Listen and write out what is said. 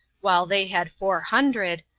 while they had four hundred,